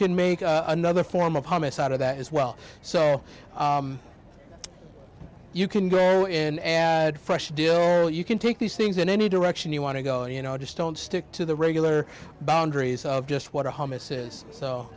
can make another form of homicide of that as well so you can grow in fresh still you can take these things in any direction you want to go and you know just don't stick to the regular boundaries of just what a